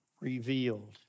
revealed